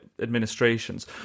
administrations